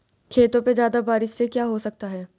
खेतों पे ज्यादा बारिश से क्या हो सकता है?